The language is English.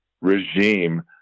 regime